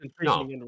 No